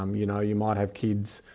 um you know, you might have kids,